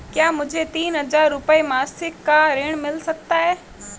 क्या मुझे तीन हज़ार रूपये मासिक का ऋण मिल सकता है?